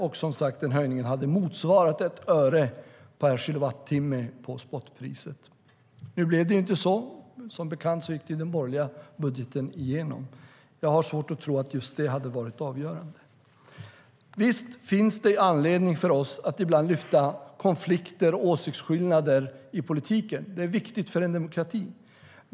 Den höjningen hade som sagt motsvarat 1 öre per kilowattimme på spotpriset. Nu blev det inte så. Som bekant gick den borgerliga budgeten igenom. Men jag har svårt att tro att just det hade varit avgörande. Visst finns det anledning för oss att ibland lyfta konflikter och åsiktsskillnader i politiken. Det är viktigt för en demokrati.